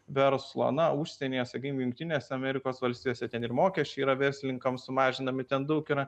verslo na užsienyje sakykim jungtinėse amerikos valstijose ten ir mokesčiai yra verslininkams sumažinami ten daug yra